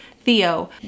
Theo